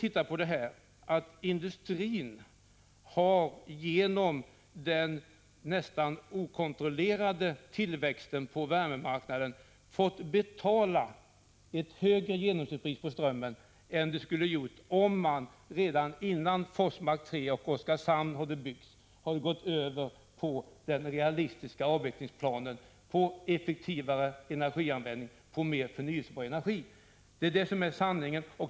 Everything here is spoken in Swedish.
Industrin har genom den nästan okontrollerade tillväxten på värmemarknaden fått betala ett högre genomsnittspris på strömmen än man skulle ha gjort om man redan innan Forsmark 3 och Oskarshamn 3 byggdes hade gått över till den realistiska avvecklingsplanen, effektivare energianvändning och mer förnyelsebar energi. Det är det som är sanningen.